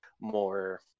more